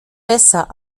besser